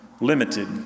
limited